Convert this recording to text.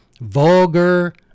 vulgar